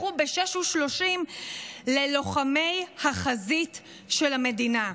הפכו ב-06:30 ללוחמי החזית של המדינה.